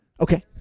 Okay